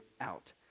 out